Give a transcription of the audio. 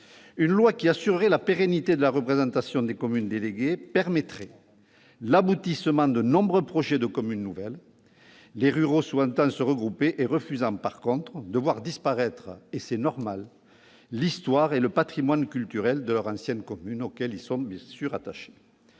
une loi qui assurerait la pérennité de la représentation des communes déléguées permettrait l'aboutissement de nombreux projets de communes nouvelles, les ruraux souhaitant se regrouper et refusant, en revanche, de voir disparaître l'histoire et le patrimoine culturel de leurs anciennes communes, auxquels il est bien normal